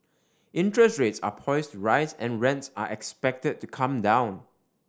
interest rates are poised to rise and rents are expected to come down